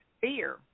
fear